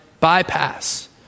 bypass